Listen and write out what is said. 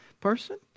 person